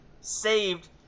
saved